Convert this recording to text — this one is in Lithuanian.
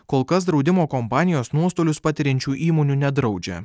kol kas draudimo kompanijos nuostolius patiriančių įmonių nedraudžia